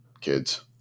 kids